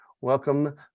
Welcome